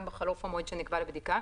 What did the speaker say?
גם בחלוף המועד שנקבע לבדיקה.